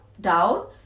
down